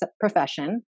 profession